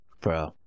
Bro